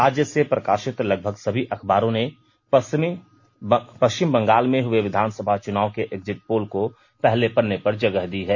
राज्य से प्रकाशित लगभग सभी अखबारों ने पष्चिम बंगाल में हुए विधानसभा चुनाव के एक्जिट पोल को पहले पन्ने पर जगह दी है